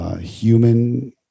Human